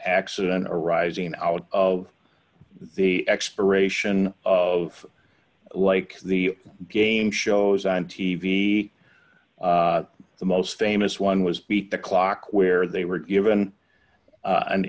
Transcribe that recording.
accident arising out of the expiration of like the game shows on t v the most famous one was beat the clock where they were given an